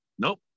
Nope